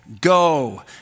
go